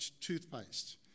toothpaste